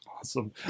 Awesome